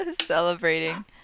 Celebrating